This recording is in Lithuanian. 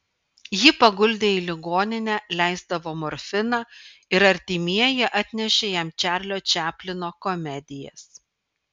jį paguldė į ligoninę leisdavo morfiną ir artimieji atnešė jam čarlio čaplino komedijas